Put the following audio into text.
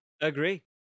agree